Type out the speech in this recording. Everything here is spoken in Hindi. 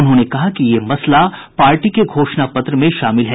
उन्होंने कहा कि ये मसला पार्टी के घोषणा पत्र में शामिल है